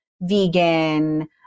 vegan